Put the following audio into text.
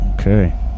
okay